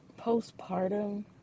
postpartum